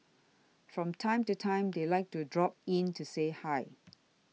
from time to time they like to drop in to say hi